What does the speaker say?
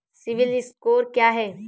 CIBIL score क्या है?